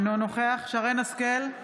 אינו נוכח שרן מרים השכל,